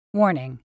Warning